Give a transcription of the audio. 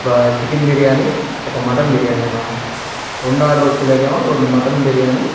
ఒక చికెన్ బిర్యానీ ఒక మటన్ బిర్యానీ అన్నా రెండవ ఆర్డర్ వచ్చేలేకేమో రెండు మటన్ బిర్యానీ